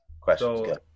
question's